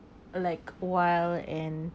like wild and